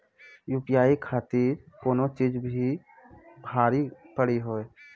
UPI खातिर कोनो charge भी भरी पड़ी हो?